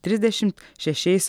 trisdešim šešiais